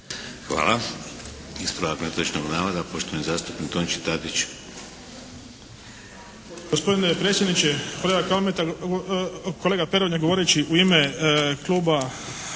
Hvala. Ispravak netočnog navoda, poštovani zastupnik Tonči Tadić. **Tadić, Tonči (HSP)** Gospodine predsjedniče, kolega Peronja govoreći u ime kluba